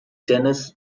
dennis